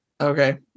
Okay